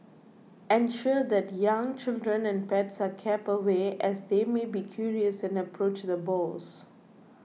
ensure that young children and pets are kept away as they may be curious and approach the boars